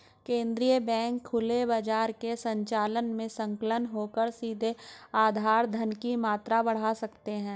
केंद्रीय बैंक खुले बाजार के संचालन में संलग्न होकर सीधे आधार धन की मात्रा बढ़ा सकते हैं